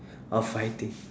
orh fighting